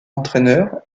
entraîneur